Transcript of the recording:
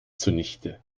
zunichte